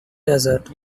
desert